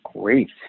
great